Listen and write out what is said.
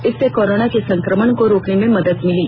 इससे कोरोना के संक्रमण को रोकने में मदद मिली